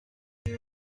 d’où